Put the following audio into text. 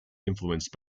influenced